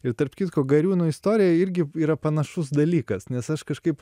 ir tarp kitko gariūnų istorija irgi yra panašus dalykas nes aš kažkaip